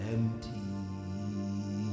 Empty